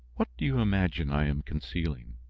what do you imagine i am concealing?